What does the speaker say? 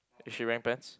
is she wearing pants